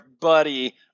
buddy